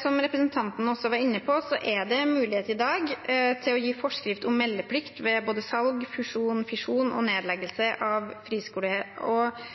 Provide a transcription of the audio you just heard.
Som representanten også var inne på, er det mulighet i dag til å gi forskrift om meldeplikt ved både salg, fusjon, fisjon og nedleggelse av